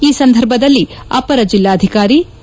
ಈ ಸಂದರ್ಭದಲ್ಲಿ ಅಪರ ಜಿಲ್ಲಾಧಿಕಾರಿ ಕೆ